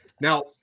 Now